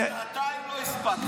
שנתיים לא הספקתם.